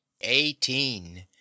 Eighteen